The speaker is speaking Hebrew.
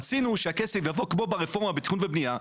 רצינו שהכסף יבוא כמו ברפורמה בתכנון ובנייה,